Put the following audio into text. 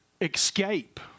escape